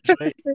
right